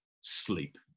sleep